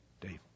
Dave